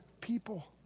people